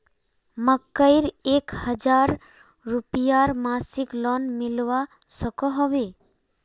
मकईर एक हजार रूपयार मासिक लोन मिलवा सकोहो होबे?